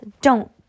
Don't